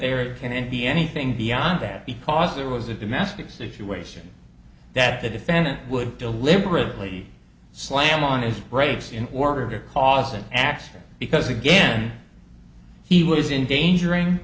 there it can be anything beyond that because there was a domestic situation that the defendant would deliberately slam on his brakes in order to cause an accident because again he was in danger